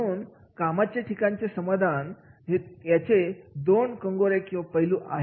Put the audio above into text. job satisfaction चे दोन कंगोरे आहेत